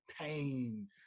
pain